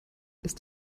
ist